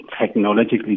technologically